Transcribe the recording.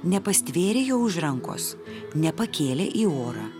nepastvėrė jo už rankos nepakėlė į orą